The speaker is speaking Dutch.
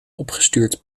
opgestuurd